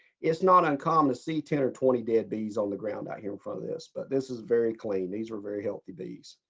it's not uncommon to see ten or twenty dead bees on the ground out here in front of this, but this is very clean. these are very healthy bees.